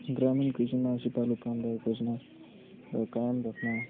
ग्रामीण कृषिमा सिपालु कामदार खोज्न र कायम राख्न